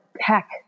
heck